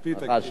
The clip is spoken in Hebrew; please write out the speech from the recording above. הבטחה שלי.